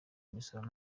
imisoro